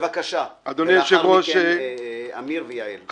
לאחר מכן אמיר אוחנה ואחריו יעל כהן-פארן.